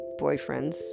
boyfriends